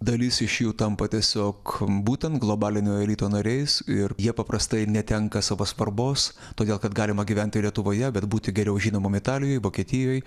dalis iš jų tampa tiesiog būtent globalinio elito nariais ir jie paprastai netenka savo svarbos todėl kad galima gyventi ir lietuvoje bet būti geriau žinomam italijoj vokietijoj